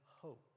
hope